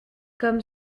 comme